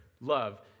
love